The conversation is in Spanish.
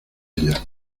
ella